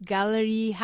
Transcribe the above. Gallery